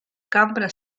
cambra